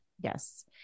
Yes